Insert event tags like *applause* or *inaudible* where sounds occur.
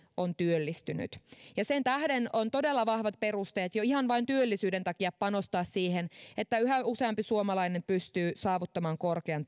on työllistynyt sen tähden on todella vahvat perusteet jo ihan vain työllisyyden takia panostaa siihen että yhä useampi suomalainen pystyy saavuttamaan korkean *unintelligible*